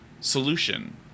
solution